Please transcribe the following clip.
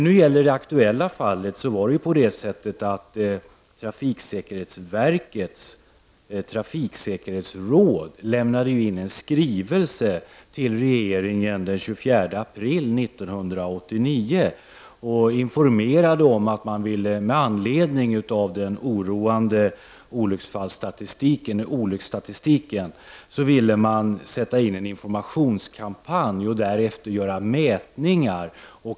I det aktuella fallet lämnade trafiksäkerhetsverkets trafikssäkerhetsråd in en skrivelse till regeringen den 24 april 1989 och informerade om att man med anledning av den oroande olycksstatistiken ville starta en informationskampanj och därefter göra mätningar.